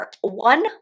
one